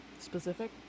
Specific